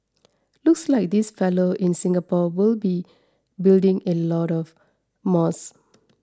looks like this fellow in Singapore will be building a lot of